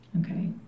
Okay